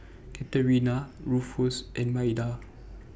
Katerina Rufus and Maida